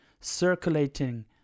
circulating